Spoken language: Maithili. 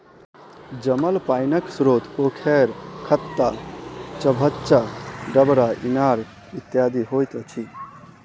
जमल पाइनक स्रोत पोखैर, खत्ता, चभच्चा, डबरा, इनार इत्यादि होइत अछि